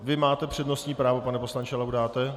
Vy máte přednostní právo, pane poslanče Laudáte?